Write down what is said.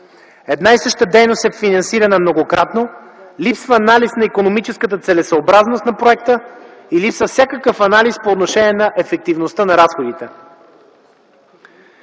Една и съща дейност е финансирана многократно, липсва анализ на икономическата целесъобразност на проекта, липсва и всякакъв анализ по отношение на ефективността на разходите.